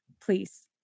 please